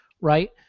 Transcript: right